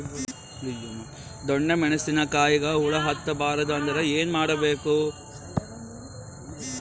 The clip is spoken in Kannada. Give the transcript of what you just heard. ಡೊಣ್ಣ ಮೆಣಸಿನ ಕಾಯಿಗ ಹುಳ ಹತ್ತ ಬಾರದು ಅಂದರ ಏನ ಮಾಡಬೇಕು?